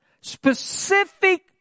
specific